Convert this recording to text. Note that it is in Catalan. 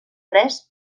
tres